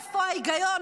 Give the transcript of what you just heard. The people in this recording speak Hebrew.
איפה ההיגיון?